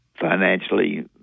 financially